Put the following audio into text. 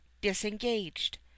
disengaged